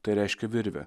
tai reiškia virvę